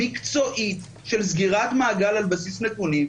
מקצועית של סגירת מעגל על בסיס נתונים,